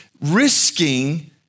risking